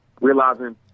realizing